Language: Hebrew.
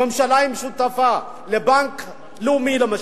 הממשלה שותפה לבנק לאומי למשל,